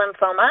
lymphoma